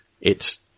it's-